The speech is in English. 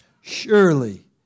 Surely